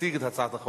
קריאה ראשונה.